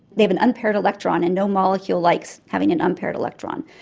they have an unpaired electron and no molecule likes having an unpaired electron.